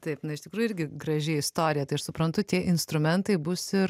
taip na iš tikrųjų irgi graži istorija tai aš suprantu tie instrumentai bus ir